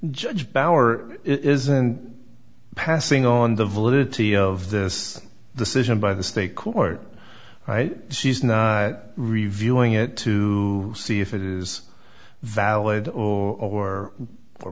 judge power isn't passing on the validity of this decision by the state court she's not reviewing it to see if it is valid or